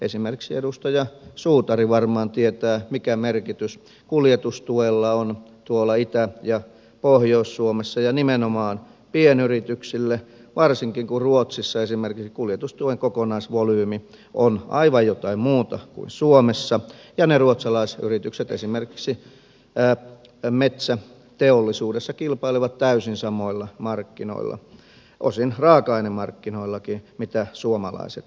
esimerkiksi edustaja suutari varmaan tietää mikä merkitys kuljetustuella on tuolla itä ja pohjois suomessa ja nimenomaan pienyrityksille varsinkin kun ruotsissa esimerkiksi kuljetustuen kokonaisvolyymi on aivan jotain muuta kuin suomessa ja ne ruotsalaisyritykset esimerkiksi metsäteollisuudessa kilpailevat täysin samoilla markkinoilla osin samoilla raaka ainemarkkinoillakin kuin suomalaiset yritykset